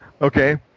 Okay